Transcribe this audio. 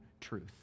truth